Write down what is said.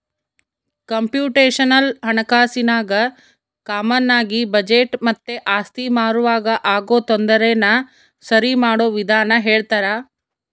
computational ಹಣಕಾಸಿನಾಗ ಕಾಮಾನಾಗಿ budget ಮತ್ತೆ ಆಸ್ತಿ ಮಾರುವಾಗ ಆಗೋ ತೊಂದರೆನ ಸರಿಮಾಡೋ ವಿಧಾನ ಹೇಳ್ತರ